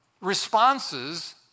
responses